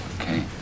okay